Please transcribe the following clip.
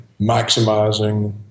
maximizing